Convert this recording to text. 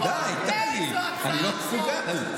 אני לא מסוגל.